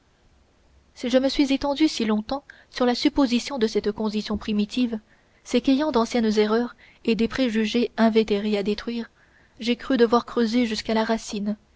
si je me suis étendu si longtemps sur la supposition de cette condition primitive c'est qu'ayant d'anciennes erreurs et des préjugés invétérés à détruire j'ai cru devoir creuser jusqu'à la racine